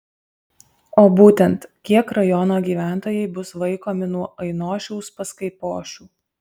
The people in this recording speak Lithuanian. o būtent kiek rajono gyventojai bus vaikomi nuo ainošiaus pas kaipošių